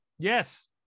Yes